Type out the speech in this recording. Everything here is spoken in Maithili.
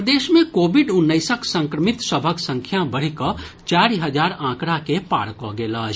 प्रदेश मे कोविड उन्नैसक संक्रमित सभक संख्या बढ़ि कऽ चारि हजार आंकड़ा के पार कऽ गेल अछि